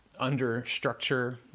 understructure